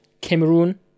Cameroon